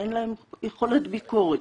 אין להם יכולת ביקורת.